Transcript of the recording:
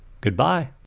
Goodbye